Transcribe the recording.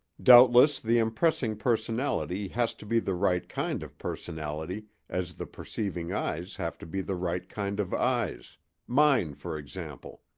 doubtless the impressing personality has to be the right kind of personality as the perceiving eyes have to be the right kind of eyes mine, for example.